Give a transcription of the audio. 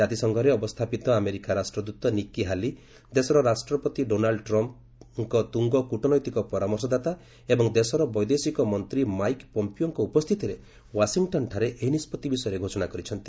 କାତିସଂଘରେ ଅବସ୍ଥାପିତ ଆମେରିକା ରାଷ୍ଟ୍ରଦୂତ Nikki Haley ଦେଶର ରାଷ୍ଟ୍ରପତି ଡୋନାଲ୍ଡ୍ ଟ୍ରମ୍ଙ୍କ ତୁଙ୍ଗ କୂଟନୈତିକ ପରାମର୍ଶଦାତା ଏବଂ ଦେଶର ବୈଦେଶିକ ମନ୍ତ୍ରୀ ମାଇକ୍ ପମ୍ପିଓଙ୍କ ଉପସ୍ଥିତିରେ ୱାଶିଂଟନ୍ଠାରେ ଏହି ନିଷ୍ପଭି ବିଷୟରେ ଘୋଷଣା କରିଛନ୍ତି